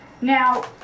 Now